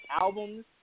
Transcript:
albums